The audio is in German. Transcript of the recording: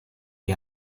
wie